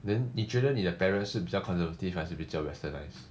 then 你觉得你的 parents 是比较 conservative 还是比较 westernised